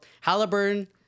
Halliburton